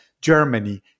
Germany